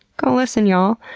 go listen, y'all!